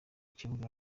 kibuga